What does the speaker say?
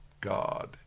God